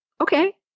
okay